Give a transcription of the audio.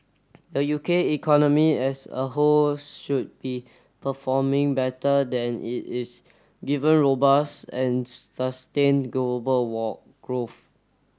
the U K economy as a whole should be performing better than it is given robust and sustained global war growth